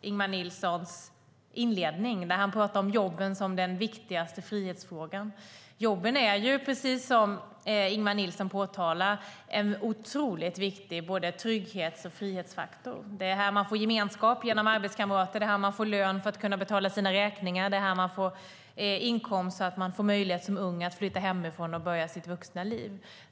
Ingemar Nilssons inledning, när han pratar om jobben som den viktigaste frihetsfrågan. Jobben är ju, precis som Ingemar Nilsson påtalar, en otroligt viktig både trygghets och frihetsfaktor. Det är här man får gemenskap genom arbetskamrater. Det är här man får lön för att kunna betala sina räkningar. Det är här man får inkomst så att man som ung får möjlighet att flytta hemifrån och börja sitt vuxna liv.